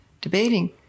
Debating